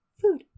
food